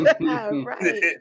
Right